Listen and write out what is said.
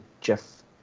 Jeff